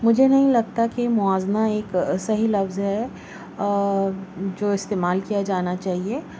مجھے نہیں لگتا کہ موازنہ ایک سہی لفظ ہے اور جو استعمال کیا جانا چاہیے